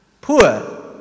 Poor